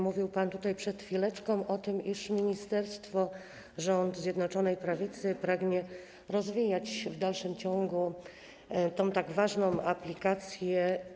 Mówił pan przed chwilą o tym, iż ministerstwo, rząd Zjednoczonej Prawicy pragnie rozwijać w dalszym ciągu tę tak ważną aplikację.